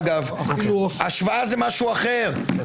השוואה זה עניין אחר.